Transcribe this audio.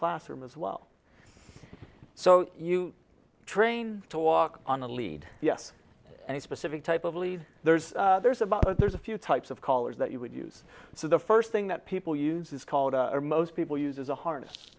classroom as well so you train to walk on a lead yes any specific type of lead there's there's about there's a few types of collars that you would use so the first thing that people use is called a or most people use as a harness